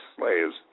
slaves